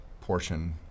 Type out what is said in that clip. portion